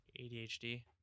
ADHD